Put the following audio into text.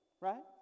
right